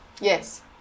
Yes